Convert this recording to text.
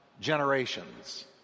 generations